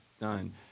done